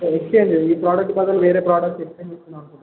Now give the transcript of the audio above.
exchange ఈ product బదులు వేరే ప్రోడక్ట్ ఎక్సచేంజ్ చేసుకుందామని అనుకుంటున్నారా